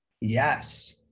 Yes